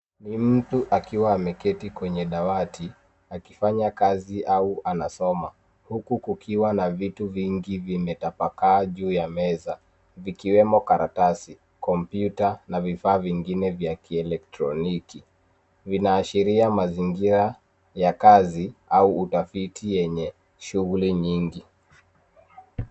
Ni mtu akiwa ameketi kwenye dawati, akifanya kazi au anasoma huku kukiwa na vitu vingi vimetapakaa juu ya meza vikiwemo karatasi, kompyuta na vifaa vingine vya kielektroniki, vinaashiria mazingira ya kazi au utafiti yenye shughuli nyingi.